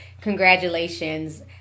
congratulations